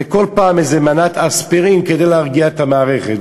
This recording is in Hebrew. וכל פעם איזו מנת אספירין כדי להרגיע את המערכת,